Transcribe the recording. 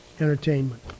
entertainment